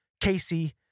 Casey